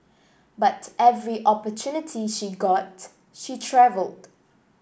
but every opportunity she got she travelled